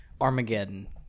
Armageddon